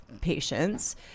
patients